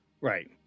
right